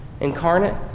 incarnate